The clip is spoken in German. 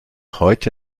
heute